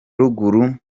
ruguru